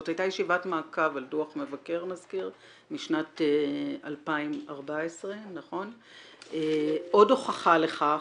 זאת הייתה ישיבת מעקב על דוח מבקר משנת 2014. עוד הוכחה לכך